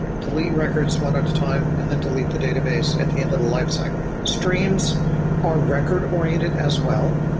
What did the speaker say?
delete records when it's time and then delete the database at the end of the life cycle. streams are record-oriented as well,